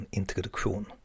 introduktion